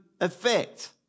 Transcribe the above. effect